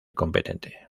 competente